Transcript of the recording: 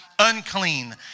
Unclean